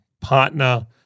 partner